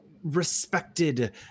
respected